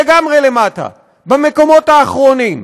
לגמרי למטה, במקומות האחרונים,